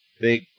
Big